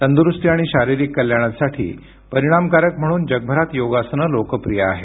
तंदुरूस्ती आणि शारीरिक कल्याणासाठी परिणामकारक म्हणून जगभऱात योगासने लोकप्रिय आहेत